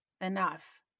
Enough